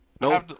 No